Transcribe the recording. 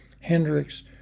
hendrix